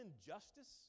injustice